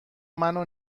منو